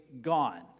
gone